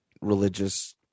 religious